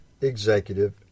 executive